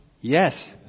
Yes